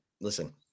listen